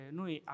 noi